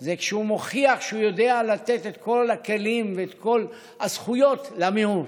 זה כשהוא מוכיח שהוא יודע לתת את כל הכלים ואת כל הזכויות למיעוט.